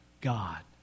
God